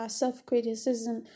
self-criticism